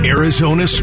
Arizona